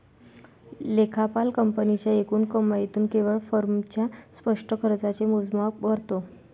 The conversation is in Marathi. लेखापाल कंपनीच्या एकूण कमाईतून केवळ फर्मच्या स्पष्ट खर्चाचे मोजमाप करतो